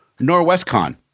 NorwestCon